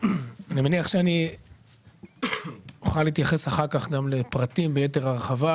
אני מניח שאני אוכל להתייחס אחר כך גם לפרטים ביתר הרחבה,